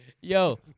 Yo